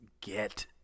get